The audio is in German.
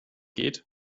geht